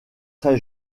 très